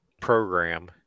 program